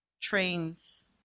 trains